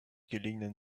gelegenen